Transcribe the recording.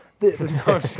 No